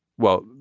well,